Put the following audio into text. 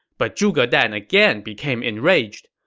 but zhuge dan again became enraged.